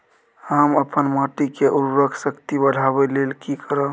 हम अपन माटी के उर्वरक शक्ति बढाबै लेल की करब?